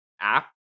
app